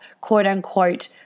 quote-unquote